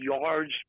yards